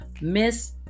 miss